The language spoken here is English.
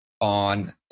on